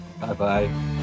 Bye-bye